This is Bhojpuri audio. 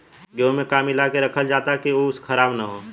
गेहूँ में का मिलाके रखल जाता कि उ खराब न हो?